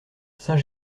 saint